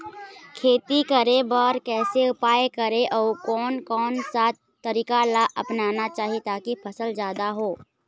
खेती करें बर कैसे उपाय करें अउ कोन कौन सा तरीका ला अपनाना चाही ताकि फसल जादा हो?